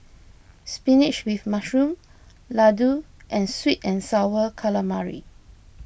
Spinach with Mushroom Laddu and Sweet and Sour Calamari